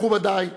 מכובדי,